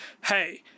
hey